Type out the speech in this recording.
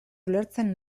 ulertzen